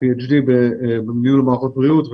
שעשיתי בניהול מערכות בריאות.